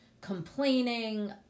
complaining